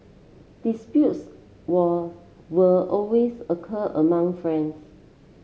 disputes was were always occur among friends